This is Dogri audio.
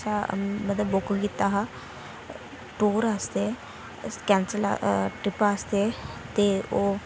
मतलब बुक कीता हा टूर आस्तै कैंसल ' ट्रिप आस्तै ते ओह्